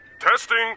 testing